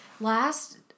last